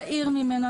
צעיר ממנו.